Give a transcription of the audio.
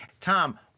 Tom